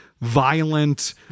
violent